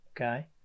okay